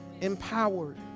empowered